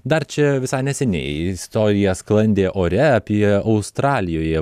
dar čia visai neseniai istorija sklandė ore apie australijoje